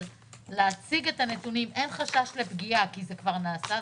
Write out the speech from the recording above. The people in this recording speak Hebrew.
על הצגת הנתונים אין חשש לפגיעה כי זה כבר נעשה,